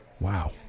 Wow